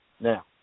now